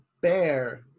bear